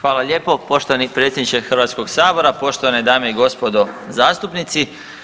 Hvala lijepo poštovani predsjedniče Hrvatskog sabora, poštovane dame i gospodo zastupnici.